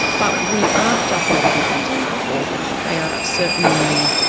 but we aren't just making content for women. they are certainly,